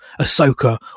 Ahsoka